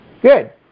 Good